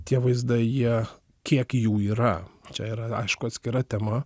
tie vaizdai jie kiek jų yra čia yra aišku atskira tema